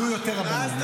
יהיו יותר רבנים,